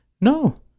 no